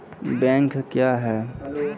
Bank क्या हैं?